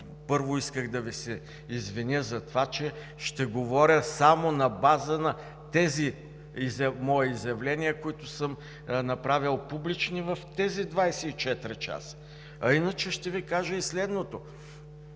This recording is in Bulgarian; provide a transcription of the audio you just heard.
първо исках да Ви се извиня за това, че ще говоря само на база на тези мои изявления, които съм направил публични в тези 24 часа, а иначе ще Ви кажа и следното.